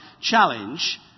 challenge